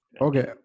Okay